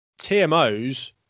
TMOs